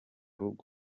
rugo